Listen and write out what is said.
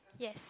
yes